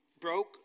broke